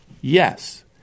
Yes